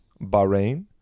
Bahrain